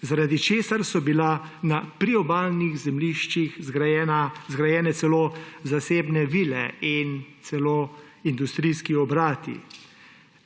zaradi česar so bila na priobalnih zemljiščih zgrajene celo zasebne vile in celo industrijski obrati.